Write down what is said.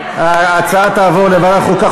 ההצעה תעבור לוועדת החוקה,